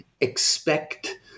expect